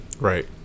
right